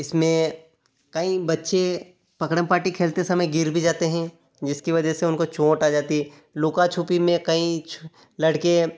इसमें कई बच्चे पकड़म पाटी खेलते समय गिर भी जाते हैं जिसकी वजह से उनको चोट आ जाती है लुका छिपी में कई लड़के